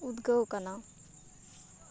ᱩᱫᱽᱜᱟᱹᱣ ᱠᱟᱱᱟ